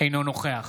אינו נוכח